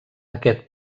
aquest